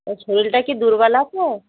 তা শরীরটা কি দুর্বল আছে